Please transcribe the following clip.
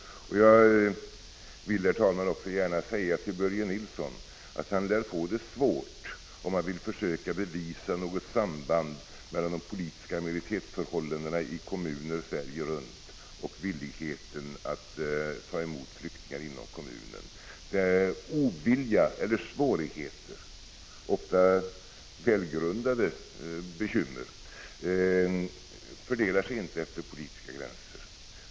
Jag vill, herr talman, också gärna säga till Börje Nilsson att han lär få det svårt, om han vill försöka bevisa något samband mellan de politiska majoritetsförhållandena i kommuner Sverige runt och villigheten att ta emot flyktingar inom kommunen. Ovilja eller svårigheter, ofta välgrundade bekymmer, fördelar sig inte efter politiska gränser.